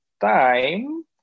time